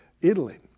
Italy